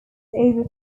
over